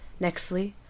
Nextly